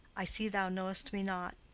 i see thou knowest me not.